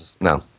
No